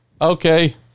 Okay